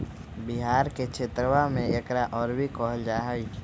बिहार के क्षेत्रवा में एकरा अरबी कहल जाहई